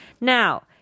Now